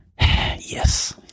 Yes